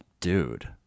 Dude